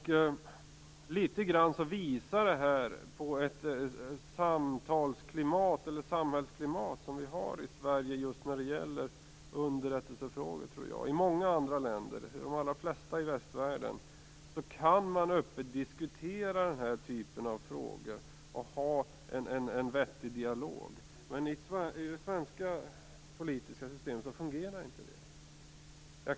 Litet grand visar detta samhällsklimatet i Sverige när det gäller underrättelsefrågor. I många andra länder - de allra flesta i västvärlden - kan man öppet diskutera den typen av frågor och ha en vettig dialog. Men i det svenska politiska systemet fungerar inte det.